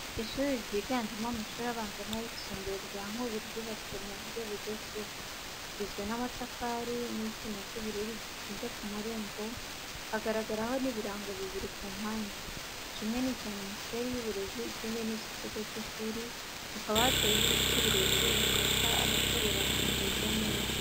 Ishuri ryiganjemo amashuri abanza n’ayisumbuye rya Nkubi Ryubatswe mu buryo bugezweho, rigizwe n’amatafari n’icyuma cy'ubururu gikinze kumarembo Haragaragaraho n’ibirango bibiri ku mpande, kimwe nicya Minisiteri y’Uburezi ikindi niki kigo cy'ishuri hakaba hateyemo ibiti birebire bifasha abakorera kumererwa neza.